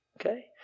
Okay